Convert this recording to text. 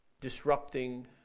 disrupting